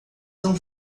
são